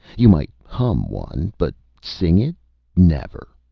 you might hum one, but sing it never!